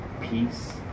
peace